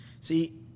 See